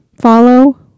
Follow